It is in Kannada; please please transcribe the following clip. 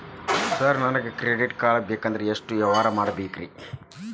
ಸರ್ ನನಗೆ ಕ್ರೆಡಿಟ್ ಕಾರ್ಡ್ ಬೇಕಂದ್ರೆ ಎಷ್ಟು ವ್ಯವಹಾರ ಮಾಡಬೇಕ್ರಿ?